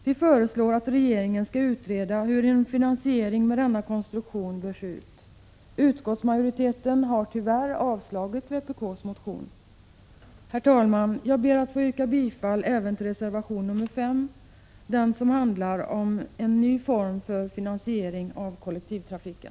Vi föreslår att regeringen skall utreda hur en finansiering med denna konstruktion bör se ut. Utskottsmajoriteten har tyvärr avstyrkt vpk:s motion. Herr talman! Jag ber att få yrka bifall även till reservation nr 5, som handlar om en ny form för finansiering av kollektivtrafiken.